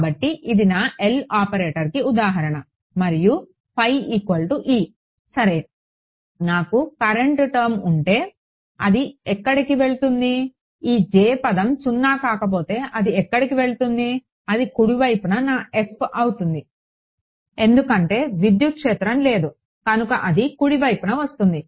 కాబట్టి ఇది నా L ఆపరేటర్కి ఉదాహరణ మరియు E సరే నాకు కరెంట్ టర్మ్ ఉంటే అది ఎక్కడికి వెళ్తుంది ఈ J పదం సున్నా కాకపోతే అది ఎక్కడికి వెళుతుంది అది కుడి వైపున నా f అవుతుంది ఎందుకంటే విద్యుత్ క్షేత్రం లేదు కనుక అది కుడి వైపున వస్తుంది